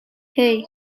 hey